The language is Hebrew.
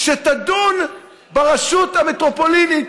שתדון ברשות המטרופולינית,